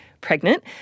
pregnant